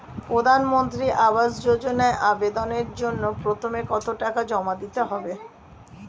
প্রধানমন্ত্রী আবাস যোজনায় আবেদনের জন্য প্রথমে কত টাকা জমা দিতে হবে?